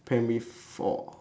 primary four